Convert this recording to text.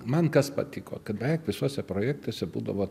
man kas patiko kad beveik visuose projektuose būdavo